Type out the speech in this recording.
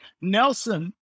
Nelson